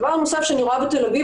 דבר נוסף שאני רואה בתל אביב,